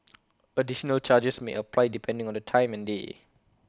additional charges may apply depending on the time and day